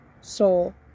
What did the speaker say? Soul